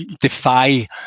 defy